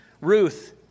Ruth